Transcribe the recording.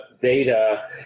data